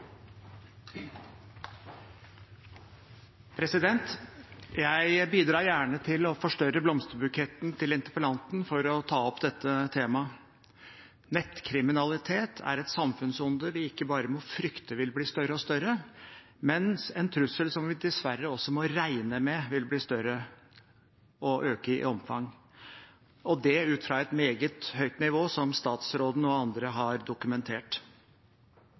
et samfunnsonde vi ikke bare må frykte vil bli større og større, men en trussel vi dessverre også må regne med vil bli større og øke i omfang – og det ut fra et meget høyt nivå, som statsråden og andre har dokumentert.